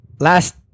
Last